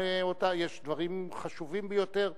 יש דברים חשובים ביותר,